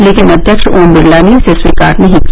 लेकिन अध्यक्ष ओम बिरला ने इसे स्वीकार नहीं किया